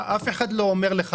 אף אחד לא אומר לך,